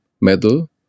Metal